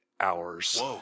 hours